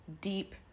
deep